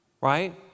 right